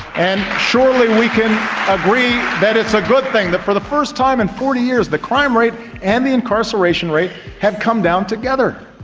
and surely we can agree that it's a good thing that for the first time in forty years the crime rate and the incarceration rate have come down together,